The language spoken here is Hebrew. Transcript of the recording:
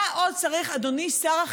מה עוד צריך לקרות,